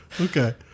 Okay